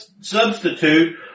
substitute